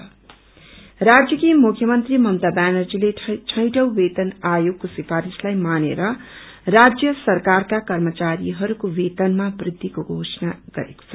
pay hike राज्यकी मुख्यमन्त्री ममता ब्यानर्जीले छैठौँ वेतन आयोगको सिफारिशलाई मानेर राज्य सरकारका कर्मचारिहरूको वेतनमा बृद्धिको घोषणा गरेको छ